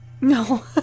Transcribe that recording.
No